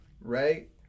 right